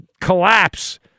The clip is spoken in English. collapse